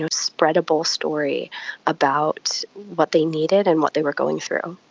spreadable story about what they needed and what they were going through.